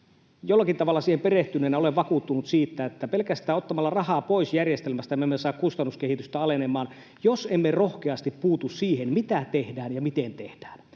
jollakin tavalla siihen perehtyneenä olen vakuuttunut siitä, että pelkästään ottamalla rahaa pois järjestelmästä emme saa kustannuskehitystä alenemaan, jos emme rohkeasti puutu siihen, mitä tehdään ja miten tehdään.